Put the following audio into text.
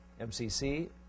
MCC